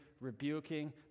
rebuking